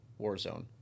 Warzone